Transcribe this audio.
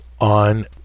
on